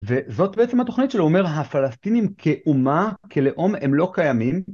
וזאת בעצם התוכנית שלו, אומר: הפלסטינים כאומה, כלאום, הם לא קיימים.